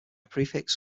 prefix